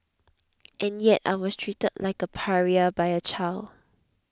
and yet I was treated like a pariah by a child